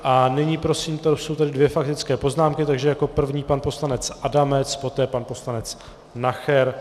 A nyní prosím, jsou tady dvě faktické poznámky, takže jako první pan poslanec Adamec, poté pan poslanec Nacher.